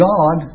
God